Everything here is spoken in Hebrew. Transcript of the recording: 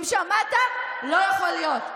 אם שמעת, לא יכול להיות.